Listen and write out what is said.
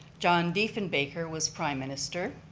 john diefenbaker was prime minister.